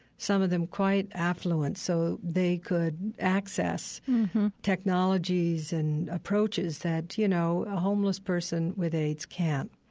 some of them quite affluent, so they could access technologies and approaches that, you know, a homeless person with aids can't.